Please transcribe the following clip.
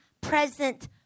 present